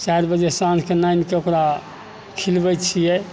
चारि बजे साँझके लाइनके ओकरा खिलबैत छियै